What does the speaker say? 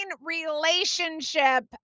relationship